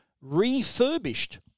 refurbished